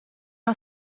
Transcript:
are